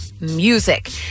music